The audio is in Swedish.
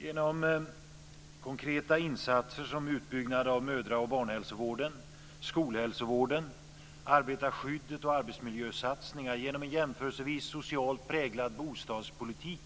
Genom konkreta insatser som utbyggnad av mödra och barnhälsovården, skolhälsovården, arbetarskyddet och arbetsmiljösatsningar, genom en jämförelsevis socialt präglad bostadspolitik